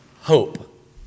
hope